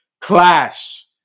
Clash